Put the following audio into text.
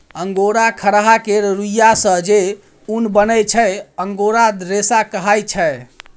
angora खरहा केर रुइयाँ सँ जे उन बनै छै अंगोरा रेशा कहाइ छै